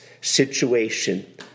situation